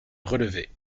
relevait